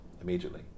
immediately